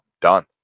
done